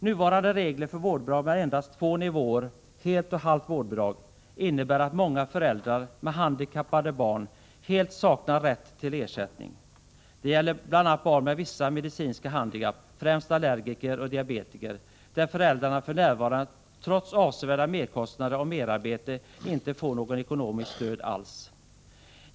Nuvarande regler för vårdbidrag med endast två nivåer innebär att många föräldrar med handikappade barn helt saknar rätt till ersättning. Det gäller bl.a. barn med vissa medicinska handikapp, främst allergiker och diabetiker, där föräldrarna för närvarande — trots avsevärda merkostnader och merarbete — inte får något ekonomiskt stöd alls.